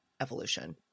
evolution